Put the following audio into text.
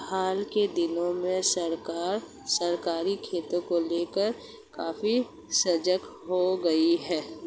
हाल के दिनों में सरकार सहकारी खेती को लेकर काफी सजग हो गई है